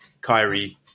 Kyrie